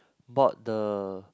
bought the